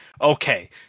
okay